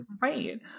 Right